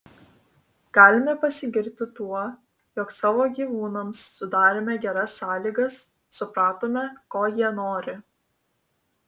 galime pasigirti tuo jog savo gyvūnams sudarėme geras sąlygas supratome ko jie nori